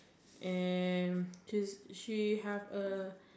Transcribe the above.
and to she have a